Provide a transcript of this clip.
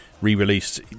re-released